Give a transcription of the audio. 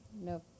No